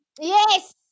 Yes